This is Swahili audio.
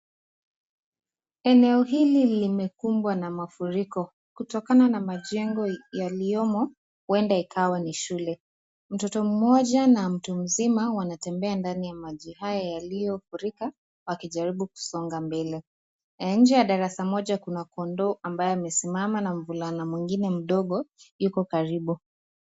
Eneo hili limekumbwa na mafuriko. Kutokana na majengo yaliyomo huenda ikawa ni shule. Mtoto mmoja na mtu mzima wanatembea ndani ya maji hayo yaliyofurika wakijaribu kusonga mbele. Na nje ya darasa moja kuna kondoo ambaye amesimama na mvulana mwingine mdogo yuko karibu.